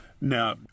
Now